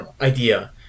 idea